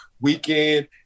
weekend –